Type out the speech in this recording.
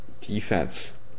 defense